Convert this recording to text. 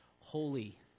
Holy